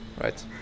right